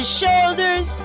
shoulders